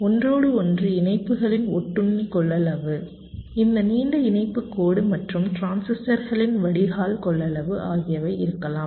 ஒன்றோடொன்று இணைப்புகளின் ஒட்டுண்ணி கொள்ளளவு இந்த நீண்ட இணைப்புக் கோடு மற்றும் டிரான்சிஸ்டர்களின் வடிகால் கொள்ளளவு ஆகியவை இருக்கலாம்